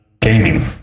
gaming